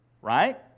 right